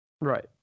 Right